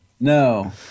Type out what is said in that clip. No